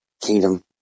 Kingdom